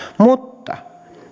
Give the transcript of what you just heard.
mutta